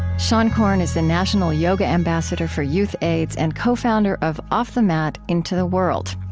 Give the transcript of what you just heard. seane corn is the national yoga ambassador for youthaids and cofounder of off the mat, into the world.